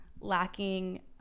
lacking